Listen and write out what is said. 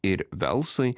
ir velsui